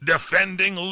Defending